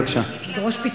בבקשה, גברתי.